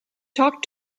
talk